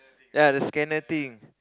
ya the scanner thing